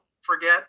forget